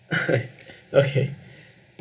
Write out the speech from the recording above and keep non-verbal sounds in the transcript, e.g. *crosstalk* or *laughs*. *laughs* okay